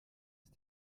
ist